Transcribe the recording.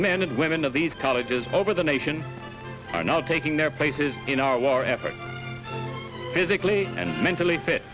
men and women of these colleges over the nation are now taking their places in our war effort physically and mentally fit